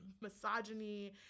misogyny